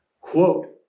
Quote